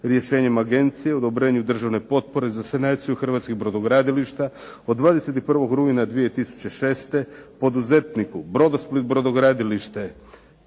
Rješenjem Agencije o odobrenju državne potpore za sanaciju hrvatskih brodogradilišta od 21. rujna 2006. poduzetniku "Brodosplit brodogradilište